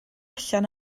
allan